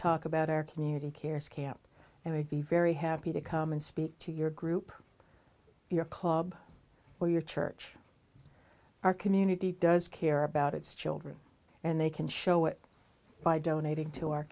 talk about our community cares camp and would be very happy to come and speak to your group your club or your church our community does care about its children and they can show it by donating to our